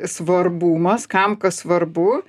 svarbumas kam kas svarbu